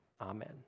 Amen